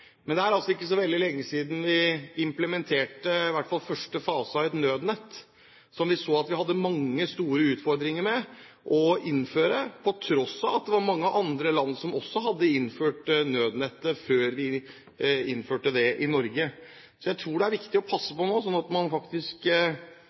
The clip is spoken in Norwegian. men det er altså ikke så veldig lenge siden vi implementerte, i hvert fall første fase av, et nødnett som vi så at vi hadde mange store utfordringer med å innføre, på tross av at mange andre land hadde innført det før vi innførte det i Norge. Så jeg tror det er viktig å passe